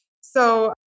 So-